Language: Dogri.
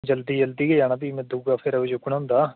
जल्दी जल्दी गै जाना भी में दूआ फेरा बी चुक्कना होंदा